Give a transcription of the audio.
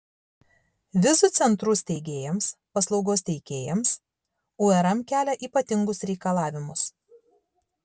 vizų centrų steigėjams paslaugos teikėjams urm kelia ypatingus reikalavimus